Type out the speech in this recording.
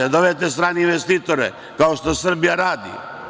Da dovedete strane investitore, kao što Srbija radi?